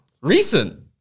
Recent